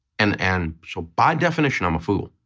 and and so by definition, i'm a fool.